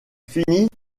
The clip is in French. finit